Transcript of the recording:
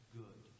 good